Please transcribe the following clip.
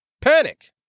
panic